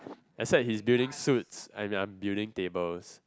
except he's building suits and I'm building tables